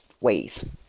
ways